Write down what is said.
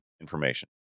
information